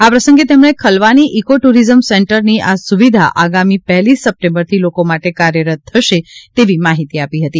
આ પ્રસંગે તેમણે ખલવાની ઇકો ટૂરિઝમ સેન્ટરની આ સુવિધા આગામી પહેલી સપ્ટેમ્બરથી લોકો માટે કાર્યરત થશે તેવી માહિતી આપી હતી